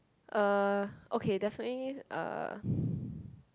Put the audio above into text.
uh okay definitely uh